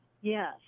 Yes